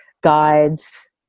guides